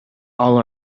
all